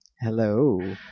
Hello